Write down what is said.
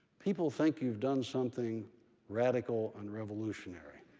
people think you've done something radical and revolutionary.